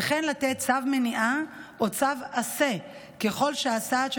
וכן לתת צו מניעה או צו עשה ככל שהסעד של